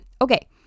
okay